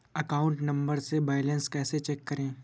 Account number से balance कैसे check करें?